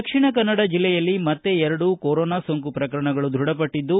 ದಕ್ಷಿಣ ಕನ್ನಡ ಜಿಲ್ಲೆಯಲ್ಲಿ ಮತ್ತೆ ಎರಡು ಕೊರೋನಾ ಸೋಂಕು ಪ್ರಕರಣಗಳು ದೃಢಪಟ್ಟದ್ದು